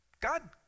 God